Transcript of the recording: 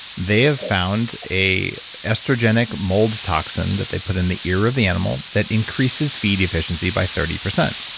they have found a estrogenic mold toxin that they put in the ear of the animal that increases feed efficiency by thirty percent.